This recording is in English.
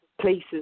places